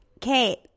Kate